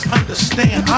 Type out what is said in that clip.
understand